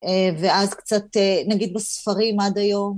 ואז קצת נגיד בספרים עד היום.